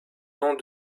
nom